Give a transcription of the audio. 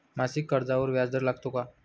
मासिक कर्जावर व्याज दर लागतो का?